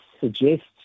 suggests